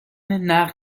نقد